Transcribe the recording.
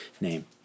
name